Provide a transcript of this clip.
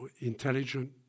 intelligent